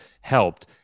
helped